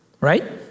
right